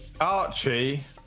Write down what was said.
Archie